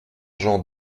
jean